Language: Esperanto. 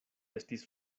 estis